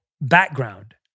background